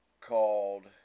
called